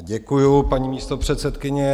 Děkuju, paní místopředsedkyně.